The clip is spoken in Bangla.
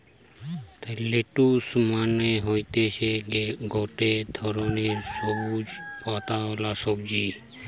লেটুস মানে হতিছে গটে ধরণের সবুজ পাতাওয়ালা সবজি